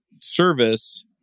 service